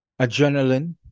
adrenaline